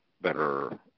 better